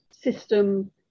system